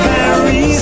Paris